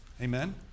Amen